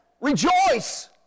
rejoice